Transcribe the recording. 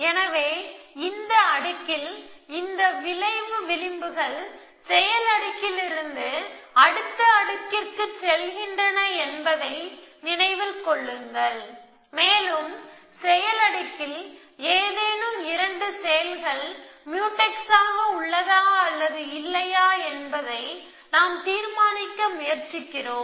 எனவே இந்த அடுக்கில் இந்த விளைவு விளிம்புகள் செயல் அடுக்கிலிருந்து அடுத்த அடுக்குக்குச் செல்கின்றன என்பதை நினைவில் கொள்ளுங்கள் மேலும் செயல் அடுக்கில் ஏதேனும் 2 செயல்கள் முயூடெக்ஸ் ஆக உள்ளதா அல்லது இல்லையா என்பதை நாம் தீர்மானிக்க முயற்சிக்கிறோம்